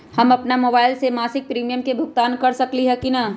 हम अपन मोबाइल से मासिक प्रीमियम के भुगतान कर सकली ह की न?